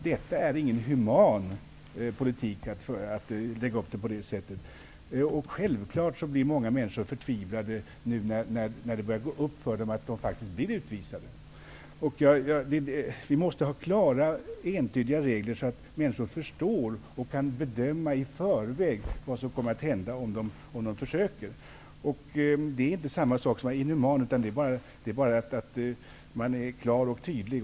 Det är ingen human politik att lägga upp det på det sättet. Många människor blir självfallet förtvivlade när det börjar gå upp för dem att de blir utvisade. Vi måste ha klara och entydiga regler, så att människor förstår och kan bedöma i förväg vad som kommer att hända om de försöker. Det är inte samma sak som att vara inhuman, utan det är bara att vara klar och tydlig.